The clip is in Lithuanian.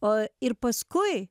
o ir paskui